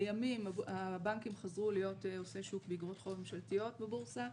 לימים הבנקים חזרו להיות עושי שוק באגרות חוב ממשלתיות בבורסה,